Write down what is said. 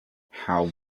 how